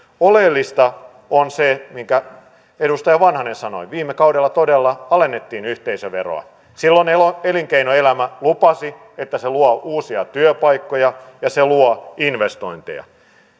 oleellista on se minkä edustaja vanhanen sanoi viime kaudella todella alennettiin yhteisöveroa silloin elinkeinoelämä lupasi että se luo uusia työpaikkoja ja se luo investointeja